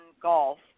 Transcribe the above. Golf